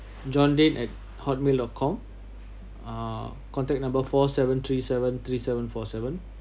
john den at hotmail dot com uh contact number four seven three seven three seven four seven